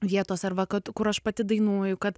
vietos kad kur aš pati dainuoju kad